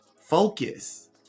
focus